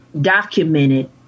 documented